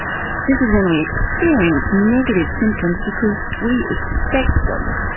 this is when we experience negative symptoms because we expect them.